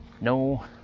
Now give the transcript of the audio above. no